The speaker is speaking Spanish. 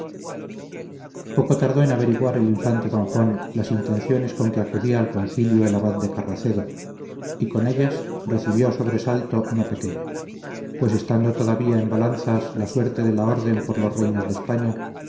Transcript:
poco tardó en averiguar el infante don juan las intenciones con que acudía al concilio el abad de carracedo y con ellas recibió sobresalto no pequeño pues estando todavía en balanzas la suerte de la orden por los reinos de españa